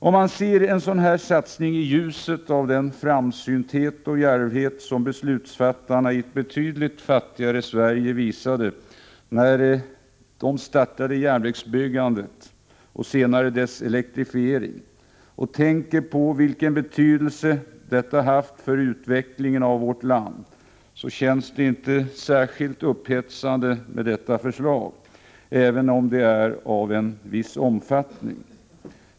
Om man ser en sådan här satsning i ljuset av den framsynthet och djärvhet som beslutsfattarna i ett betydligt fattigare Sverige visade, när de startade järnvägsbyggandet och senare dess elektrifiering, och tänker på vilken betydelse detta hade för utvecklingen av vårt land, känns det inte särskilt upphetsande med förslag av detta slag, även om de är av en viss omfattning.